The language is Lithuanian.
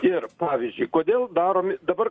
ir pavyzdžiui kodėl daromi dabar